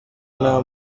nta